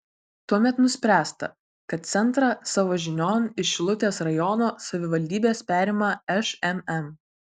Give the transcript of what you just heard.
tuomet nuspręsta kad centrą savo žinion iš šilutės rajono savivaldybės perima šmm